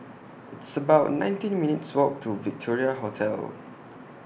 It's about nineteen minutes' Walk to Victoria Hotel